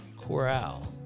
Corral